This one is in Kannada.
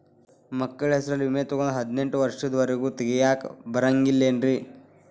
ಮಕ್ಕಳ ಹೆಸರಲ್ಲಿ ವಿಮೆ ತೊಗೊಂಡ್ರ ಹದಿನೆಂಟು ವರ್ಷದ ಒರೆಗೂ ತೆಗಿಯಾಕ ಬರಂಗಿಲ್ಲೇನ್ರಿ?